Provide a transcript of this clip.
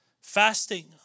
Fasting